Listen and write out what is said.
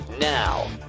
Now